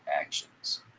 actions